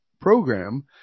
program